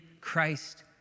Christ